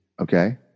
Okay